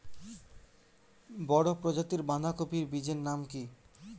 বড় প্রজাতীর বাঁধাকপির বীজের নাম কি?